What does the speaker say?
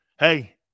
Hey